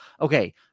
okay